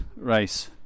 race